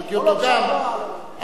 אני אומר לך,